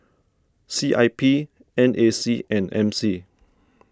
C I P N A C and M C